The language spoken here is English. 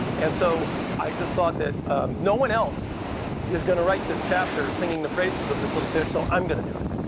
and so i just thought that no one else is going to write this chapter singing the praises of this little fish, so i'm going to do it.